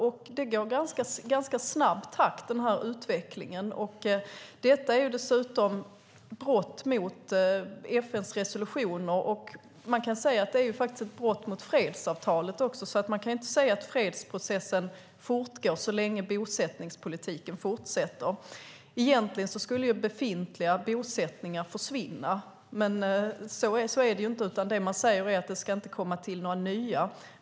Denna utveckling går i ganska snabb takt. Dessutom är det här ett brott mot FN:s resolutioner och, kan man säga, mot fredsavtalet. Man kan inte säga att fredsprocessen fortgår så länge bosättningspolitiken fortsätter. Egentligen skulle befintliga bosättningar försvinna, men så är det inte. Det man säger är att nya bosättningar inte ska komma till.